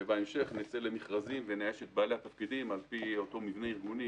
ובהמשך נצא למכרזים ונאייש את בעלי התפקידים על פי אותו מבנה ארגוני,